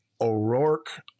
O'Rourke